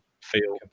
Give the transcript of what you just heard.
feel